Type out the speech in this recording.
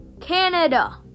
Canada